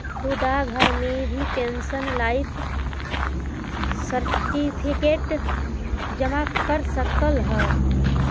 तु डाकघर में भी पेंशनर लाइफ सर्टिफिकेट जमा करा सकऽ हे